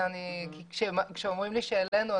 כשאומרים לי שהעלינו,